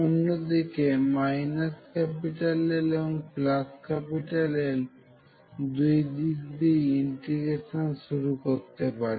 অন্যদিকে আমি L এবং L দুই দিক দিয়েই ইন্টিগ্রেশন শুরু করতে পারি